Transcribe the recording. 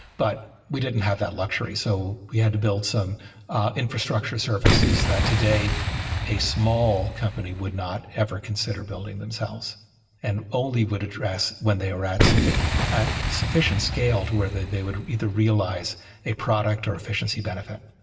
but we didn't have that luxury. so we had to build some infrastructure services that today a small company would not ever consider building themselves and only would address when they are at sufficient at sufficient scale to whether they they would either realize a product or efficiency benefit